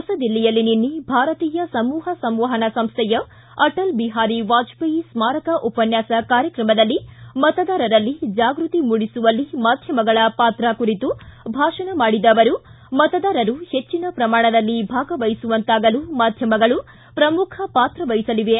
ಹೊಸದಿಲ್ಲಿಯಲ್ಲಿ ನಿನ್ನೆ ಭಾರತೀಯ ಸಮೂಹ ಸಂವಹನ ಸಂಸ್ಥೆಯ ಅಟಲ್ ಬಿಹಾರಿ ವಾಜಪೇಯಿ ಸ್ಥಾರಕ ಉಪನ್ಯಾಸ ಕಾರ್ಯಕ್ರಮದಲ್ಲಿ ಮತದಾರರಲ್ಲಿ ಜಾಗೃತಿ ಮೂಡಿಸುವಲ್ಲಿ ಮಾಧ್ವಮಗಳ ಪಾತ್ರ ಕುರಿತು ಭಾಷಣ ಮಾಡಿದ ಅವರು ಮತದಾರರು ಹೆಚ್ಚಿನ ಪ್ರಮಾಣದಲ್ಲಿ ಭಾಗವಹಿಸುವಂತಾಗಲು ಮಾಧ್ಯಮಗಳು ಪ್ರಮುಖ ಪಾತ್ರ ವಹಿಸಲಿವೆ